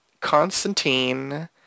Constantine